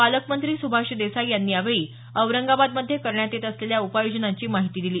पालकमंत्री सुभाष देसाई यांनी यावेळी औरंगाबादमध्ये करण्यात येत असलेल्या उपाययोजनांची माहिती दिली